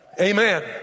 Amen